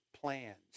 plans